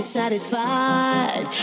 satisfied